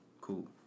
Cool